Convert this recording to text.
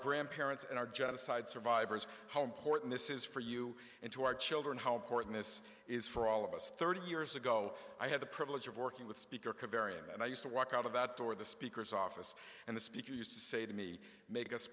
grandparents and our genocide survivors how important this is for you and to our children how important this is for all of us thirty years ago i had the privilege of working with speaker covariant and i used to walk out of that door the speaker's office and the speaker used to say to me make us